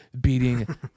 beating